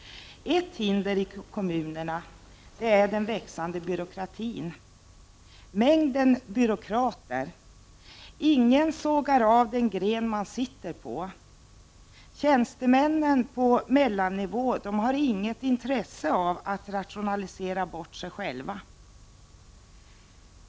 Ett hinder är den växande byråkratin ute i kommunerna, själva mängden byråkrater. Ingen sågar av den gren man själv sitter på. Tjänstemännen på mellannivå har inget intresse av att rationalisera bort sig själva.